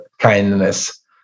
kindness